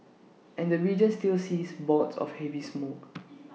and the region still sees bouts of heavy smog